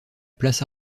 place